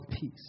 peace